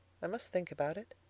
i must think about it.